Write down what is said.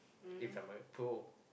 if I'm a pro